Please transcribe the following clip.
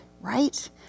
right